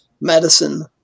medicine